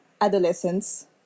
adolescents